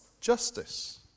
justice